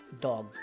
dog